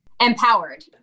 Empowered